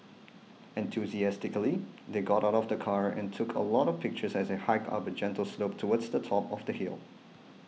enthusiastically they got out of the car and took a lot of pictures as they hiked up a gentle slope towards the top of the hill